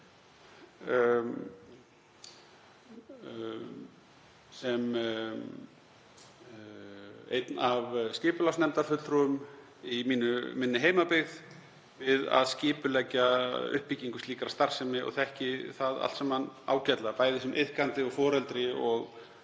sem einn af skipulagsnefndarfulltrúum í minni heimabyggð við að skipuleggja uppbyggingu slíkrar starfsemi og þekki það allt saman ágætlega, bæði sem iðkandi og foreldri og